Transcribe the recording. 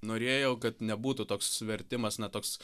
norėjau kad nebūtų toks vertimas na toks